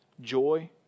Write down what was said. joy